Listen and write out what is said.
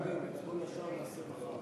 אני אומר, את כל השאר נעשה מחר.